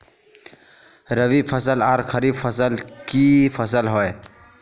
रवि फसल आर खरीफ फसल की फसल होय?